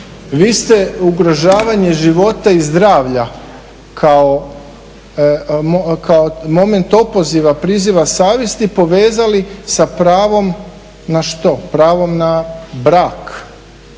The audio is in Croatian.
Vi ste ugrožavanje života i zdravlja kao moment opoziva, priziva savjesti povezali sa pravom na što? Pravom na brak.